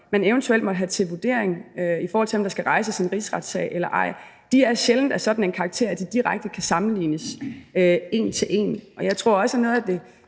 man eventuelt måtte have til vurdering, i forhold til om der skal rejses en rigsretssag eller ej, jo sjældent er af sådan en karakter, at de direkte kan sammenlignes en til en. Og jeg tror også, at noget